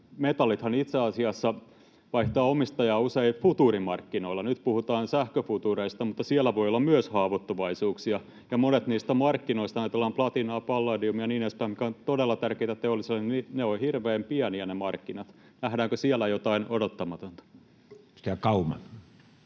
metallithan itse asiassa vaihtavat omistajaa usein futuurimarkkinoilla. Nyt puhutaan sähköfutuureista, mutta myös siellä voi olla haavoittuvuuksia, ja monet niistä markkinoista ovat hirveän pieniä — ajatellaan platinaa, palladiumia ja niin edespäin, mitkä ovat todella tärkeitä teollisuudelle. Nähdäänkö siellä jotain odottamatonta?